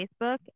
Facebook